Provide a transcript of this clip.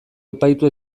epaitu